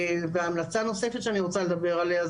והמלצה נוספת שאני רוצה לדבר עליה,